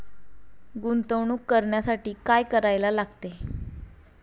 गुंतवणूक करण्यासाठी काय करायला लागते?